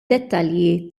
dettalji